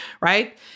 right